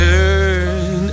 Turn